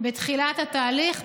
בתחילת התהליך,